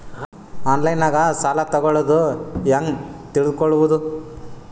ಆನ್ಲೈನಾಗ ಸಾಲ ತಗೊಳ್ಳೋದು ಹ್ಯಾಂಗ್ ತಿಳಕೊಳ್ಳುವುದು?